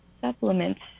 supplements